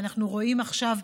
ואנחנו רואים עכשיו,